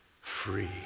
free